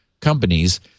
companies